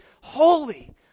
Holy